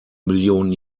millionen